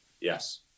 Yes